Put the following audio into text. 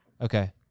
okay